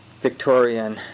Victorian